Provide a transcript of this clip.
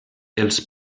els